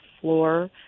floor